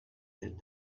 that